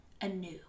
anew